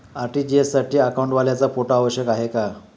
RTGS साठी अकाउंटवाल्याचा photo आवश्यक आहे का?